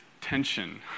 tension